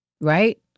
Right